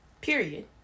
period